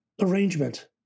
arrangement